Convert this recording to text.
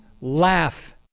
laugh